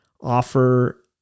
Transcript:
offer